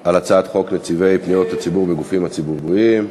על הצעת חוק נציבי פניות הציבור בגופים ציבוריים.